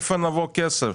אבל מאיפה נביא כסף?